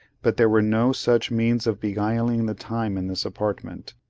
but there were no such means of beguiling the time in this apartment,